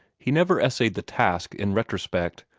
he never essayed the task, in retrospect,